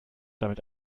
damit